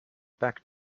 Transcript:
back